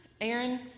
Aaron